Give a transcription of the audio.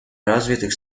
развитых